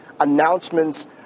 announcements